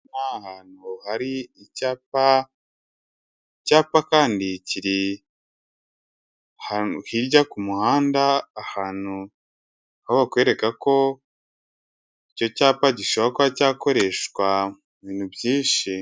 Ahantu hari icyapa, icyapa kandi kiri hirya yo kumuhanda ahantu ho bakwereka ko icyo cyapa gishobora kuba cyakoreshwa mu bintu byinshi.